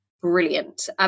brilliant